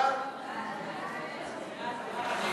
הצעת ועדת הכנסת לתיקון סעיפים 21,